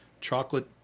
chocolate